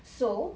so